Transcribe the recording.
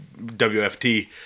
WFT